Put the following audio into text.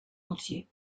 entier